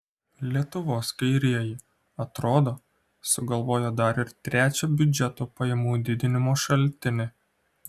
lietuvos kairieji atrodo sugalvojo dar ir trečią biudžeto pajamų didinimo šaltinį